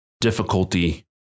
difficulty